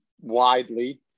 widely